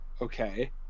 Okay